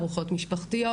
בארוחות משפחתיות,